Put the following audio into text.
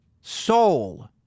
Soul